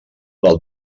del